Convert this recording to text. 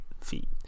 feet